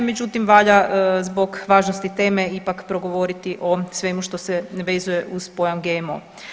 Međutim, valjda zbog važnosti teme ipak progovoriti o svemu što se vezuje uz pojam GMO.